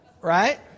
right